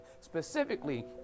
specifically